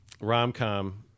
rom-com